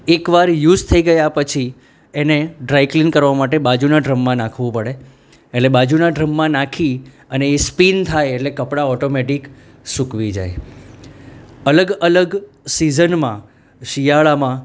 એક વાર યુઝ થઈ ગયા પછી એને ડ્રાય ક્લીન કરવા માટે બાજુના ડ્રમમાં નાખવું પડે એટલે બાજુના ડ્રમમાં નાખી અને એ સ્પિન થાય એટલે કપડાં ઓટોમેટિક સૂકવી જાય અલગ અલગ સિઝનમાં શિયાળામાં